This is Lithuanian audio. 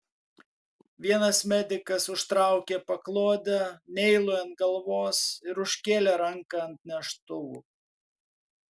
vienas medikas užtraukė paklodę neilui ant galvos ir užkėlė ranką ant neštuvų